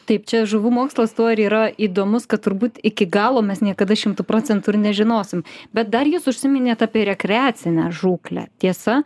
taip čia žuvų mokslas tuo ir yra įdomus kad turbūt iki galo mes niekada šimtu procentų ir nežinosim bet dar jūs užsiminėt apie rekreacinę žūklę tiesa